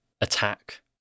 attack